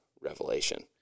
Revelation